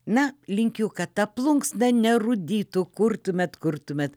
na linkiu kad ta plunksna nerūdytų kurtumėt kurtumėt